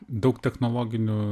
daug technologinių